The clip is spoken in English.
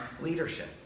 leadership